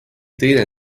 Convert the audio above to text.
teine